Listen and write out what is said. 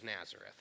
Nazareth